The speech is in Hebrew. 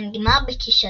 שנגמר בכישלון.